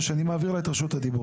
אתה לא מכיר את הנפקת הדרכון?